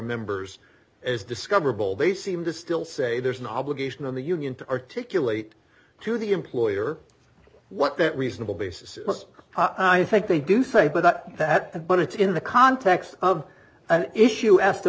members as discoverable they seem to still say there's an obligation on the union to articulate to the employer what that reasonable basis i think they do say but that but it's in the context of an issue as to